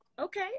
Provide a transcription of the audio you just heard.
Okay